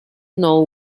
know